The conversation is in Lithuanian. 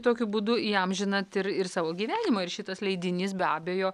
tokiu būdu įamžinat ir ir savo gyvenimą ir šitas leidinys be abejo